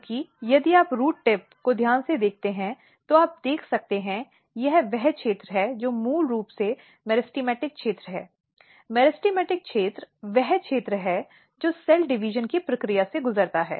क्योंकि यदि आप रूट टिप को ध्यान से देखते हैं तो आप देख सकते हैं कि यह वह क्षेत्र है जो मूल रूप से मेरिस्टेमेटिक क्षेत्र है मेरिस्टेमेटिक क्षेत्र वह क्षेत्र है जो सेल डिविजन की प्रक्रिया से गुजरता है